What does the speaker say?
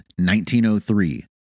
1903